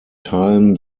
teilen